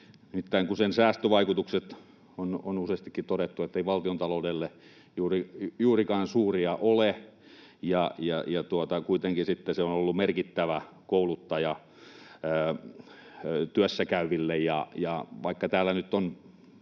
sen säästövaikutukset, niin kuin on useastikin todettu, eivät valtiontaloudelle juurikaan suuria ole, ja kuitenkin se on ollut merkittävä kouluttaja työssäkäyville.